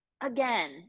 again